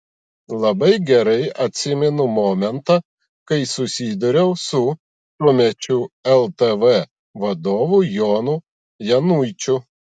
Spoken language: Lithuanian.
labai gerai atsimenu momentą kai susidūriau su tuomečiu ltv vadovu jonu januičiu